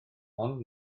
ond